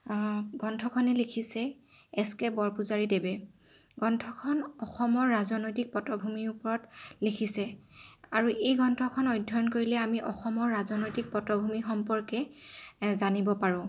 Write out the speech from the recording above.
গ্ৰন্থখনি লিখিছে S K বৰপূজাৰীদেৱে গ্ৰন্থখন অসমৰ ৰাজনৈতিক পটভূমিৰ ওপৰত লিখিছে আৰু এই গ্ৰন্থখন অধ্যয়ন কৰিলে আমি অসমৰ ৰাজনৈতিক পটভূমিৰ সম্পৰ্কে জানিব পাৰোঁ